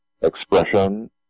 expression